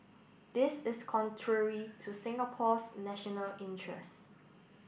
this is contrary to Singapore's national interests